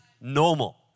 normal